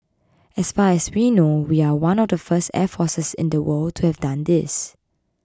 as far as we know we are one of the first air forces in the world to have done this